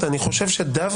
אני לא רוצה להיכנס לזה.